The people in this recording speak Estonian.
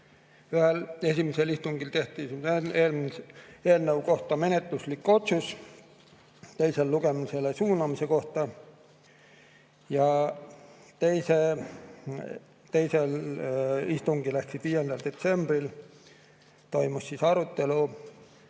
Esimesel istungil tehti eelnõu kohta menetluslik otsus teisele lugemisele suunamise kohta. Teisel istungil ehk 5. detsembril toimus arutelu